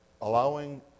allowing